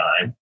time